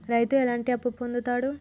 రైతు ఎట్లాంటి అప్పు పొందుతడు?